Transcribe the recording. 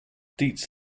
deeds